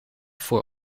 voor